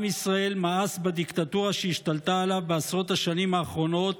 עם ישראל מאס בדיקטטורה שהשתלטה עליו בעשרות השנים האחרונות